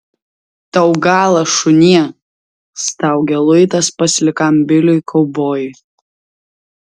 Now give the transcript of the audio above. tau galas šunie staugia luitas paslikam biliui kaubojui